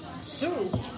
soup